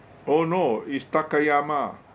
oh no it's takayama